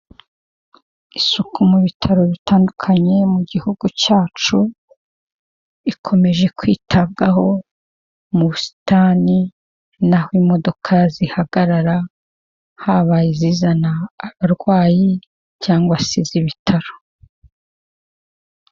Isuku mu bitaro bitandukanye mu gihugu cyacu ikomeje kwitabwaho mu busitani,:naho imodoka zihagarara habaye izizana abarwayi cyangwa se iz'ibitaro.